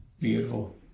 Beautiful